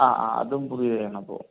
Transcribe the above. അ ആ അതും പുതിയത് ചെയ്യണം അപ്പോൾ